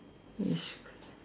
which